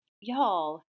Y'all